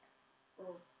oh